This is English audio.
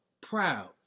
proud